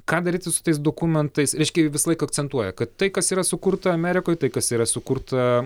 ką daryti su tais dokumentais reiškia visą laiką akcentuoja kad tai kas yra sukurta amerikoj tai kas yra sukurta